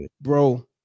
bro